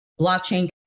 blockchain